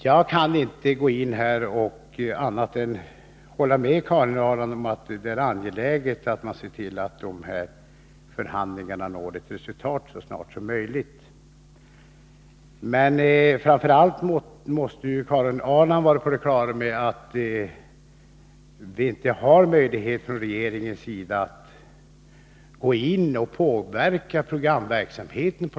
Jag kan inte annat än hålla med Karin Ahrland om att det är angeläget att man ser till att förhandlingarna så snart som möjligt ger ett resultat. Men framför allt Karin Ahrland måste vara på det klara med att 107 regeringen inte på något sätt kan påverka programverksamheten.